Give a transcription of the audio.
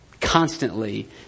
Constantly